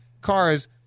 cars